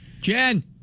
Jen